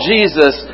Jesus